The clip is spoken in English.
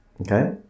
Okay